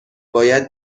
باید